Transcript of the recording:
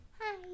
Hi